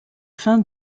fin